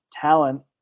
talent